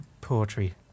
poetry